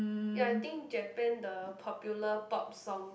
ya I think Japan the popular pop song